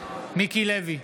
מיקי לוי,